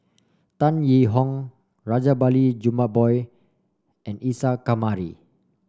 Tan Yee Hong Rajabali Jumabhoy and Isa Kamari